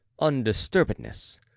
undisturbedness